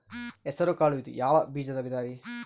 ಹೆಸರುಕಾಳು ಇದು ಯಾವ ಬೇಜದ ವಿಧರಿ?